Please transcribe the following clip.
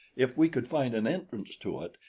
if we could find an entrance to it,